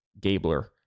Gabler